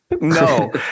No